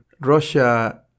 russia